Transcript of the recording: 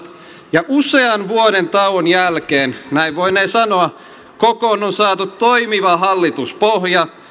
ja usean vuoden tauon jälkeen näin voinee sanoa kokoon on saatu toimiva hallituspohja